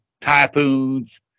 typhoons